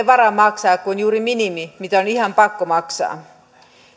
varaa maksaa kuin juuri minimi mikä on ihan pakko maksaa